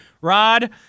Rod